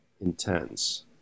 intense